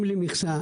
הלול,